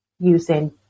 using